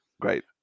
Great